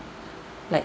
like